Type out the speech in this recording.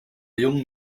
jungen